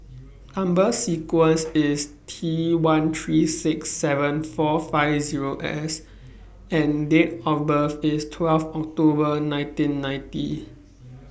Number sequence IS T one three six seven four five Zero S and Date of birth IS twelfth October nineteen ninety